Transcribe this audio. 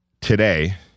today